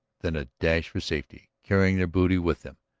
then a dash for safety, carrying their booty with them.